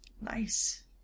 Nice